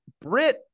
Brit